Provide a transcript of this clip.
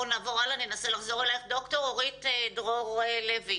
הכלכלן שדיבר כאן.